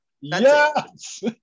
Yes